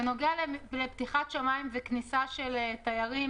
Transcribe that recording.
בנוגע לפתיחת שמיים וכניסה של תיירים